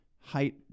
height